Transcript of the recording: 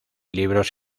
libros